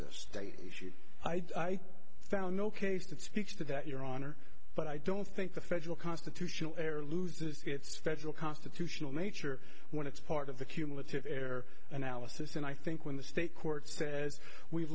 state i found no case to speak to that your honor but i don't think the federal constitutional error loses its federal constitutional nature when it's part of the cumulative air analysis and i think when the state court says we've